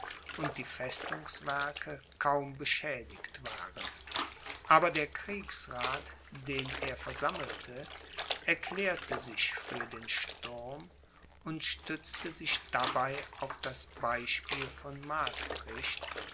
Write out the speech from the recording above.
und die festungswerke kaum beschädigt waren aber der kriegsrath den er versammelte erklärte sich für den sturm und stützte sich dabei auf das beispiel von